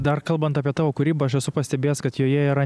dar kalbant apie tavo kūrybą aš esu pastebėjęs kad joje yra